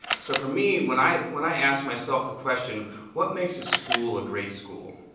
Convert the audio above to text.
so for me when i when i ask myself the question what makes a school a great school?